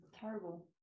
terrible